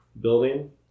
building